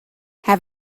have